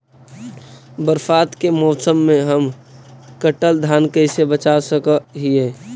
बरसात के मौसम में हम कटल धान कैसे बचा सक हिय?